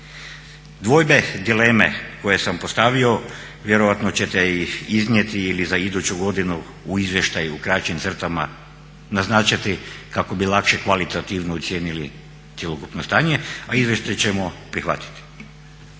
Dvojbe, dileme koje sam postavio vjerojatno ćete ih iznijeti ili za iduću godinu u izvještaju u kraćim crtama naznačiti kako bi lakše kvalitativno ocijenili cjelokupno stanje, a izvještaj ćemo prihvatiti.